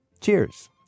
Cheers